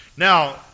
Now